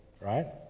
Right